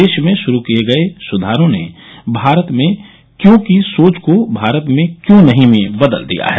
देश में शुरू किए गए सुधारों ने भारत में क्यों कि सोच को भारत में क्यों नहीं में बदल दिया है